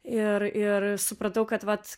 ir ir supratau kad vat